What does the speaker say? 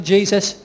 Jesus